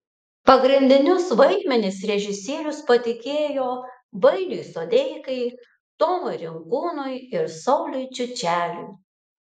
pagrindinius vaidmenis režisierius patikėjo vainiui sodeikai tomui rinkūnui ir sauliui čiučeliui